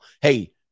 Hey